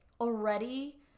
already